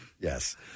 Yes